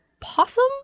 possum